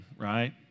right